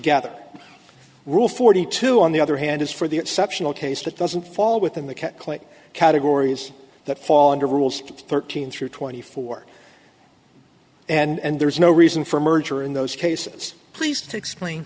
together rule forty two on the other hand is for the exceptional case that doesn't fall within the catholic categories that fall under rules thirteen through twenty four and there's no reason for merger in those cases please explain